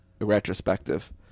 retrospective